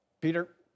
Peter